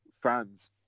fans